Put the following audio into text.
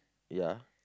ya